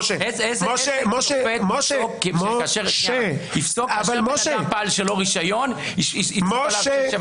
בית משפט יפסוק על מי שלא פעל ברישיון שבע